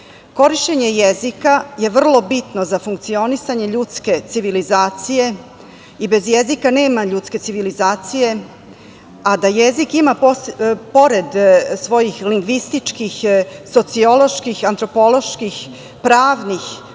korišćenje jezika je vrlo bitno za funkcionisanje ljudske civilizacije i bez jezika nema ljudske civilizacije i da jezik ima, pored svojih lingvističkih, socioloških, antropoloških, pravnih,